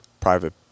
private